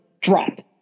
dropped